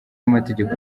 amategeko